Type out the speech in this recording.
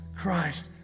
christ